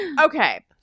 Okay